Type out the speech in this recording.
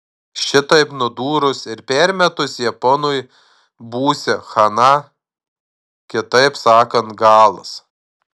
šitaip nudūrus ir permetus japonui būsią chana kitaip sakant galas